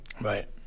Right